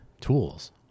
tools